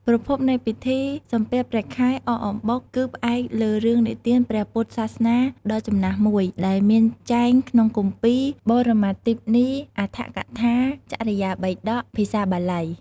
ប្រភពនៃពិធី សំពះព្រះខែ អកអំបុក គឺផ្អែកលើរឿងនិទានព្រះពុទ្ធសាសនាដ៏ចំណាស់មួយ ដែលមានចែងក្នុងគម្ពីរ បរមត្ថទីបនី អដ្ឋកថា ចរិយាបិដក ភាសាបាលី។